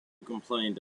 complained